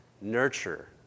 Nurture